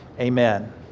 Amen